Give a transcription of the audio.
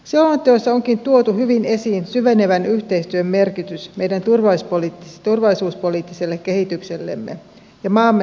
selonteossa onkin tuotu hyvin esiin syvenevän yhteistyön merkitys meidän turvallisuuspoliittiselle kehityksellemme ja maamme aseman turvaamiselle